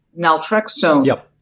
naltrexone